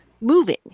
moving